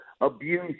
abuse